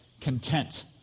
content